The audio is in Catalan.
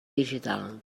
digital